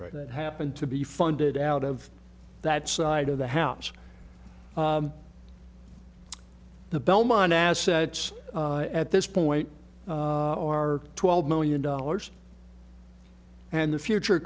right it happened to be funded out of that side of the house the belmont assets at this point are twelve million dollars and the future